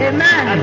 Amen